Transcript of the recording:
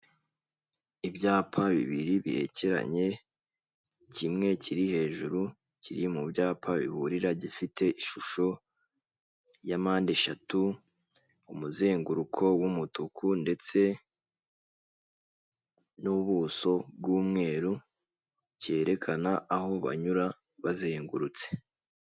Ibyapa bibiri birekeranye kimwe kiri hejuru kiri mu byapa biburira gifite ishusho ya mpande eshatu, umuzenguruko w'umutuku ndetse n'ubuso bw'umweru cyerekana aho banyura bazengurutse.